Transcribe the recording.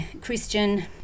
Christian